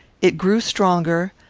it grew stronger,